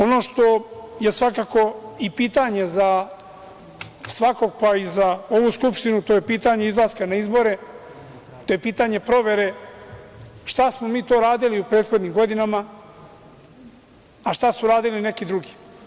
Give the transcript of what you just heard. Ono što je svakako i pitanje za svakog, pa i za ovu Skupštinu, to je pitanje izlaska na izbore, to je pitanje provere šta smo mi to radili u prethodnim godinama, a šta su radili neki drugi?